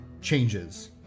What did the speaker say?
changes